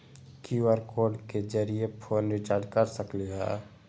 QR code के जरिय phone recharge कर सकली ह?